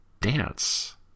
dance